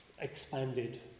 expanded